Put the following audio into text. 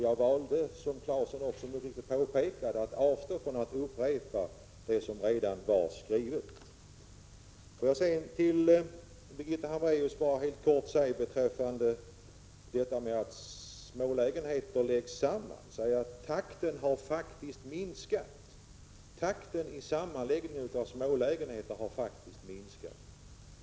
Jag valde — som Tore Claeson också påpekade — att avstå från att upprepa vad som redan var skrivet. Får jag sedan till Birgitta Hambraeus helt kort säga för det första beträffande sammanslagningen av smålägenheter att takten i sammanlägg = Prot. 1986/87:50 ningen av smålägenheter faktiskt har minskat.